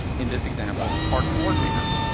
in this example, our coordinator.